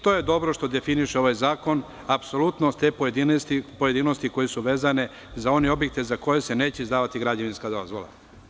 To je dobro što definiše ovaj zakon, sve pojedinosti vezane za one objekte za koje se neće izdavati građevinska dozvola.